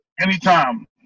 anytime